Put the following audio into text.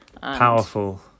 Powerful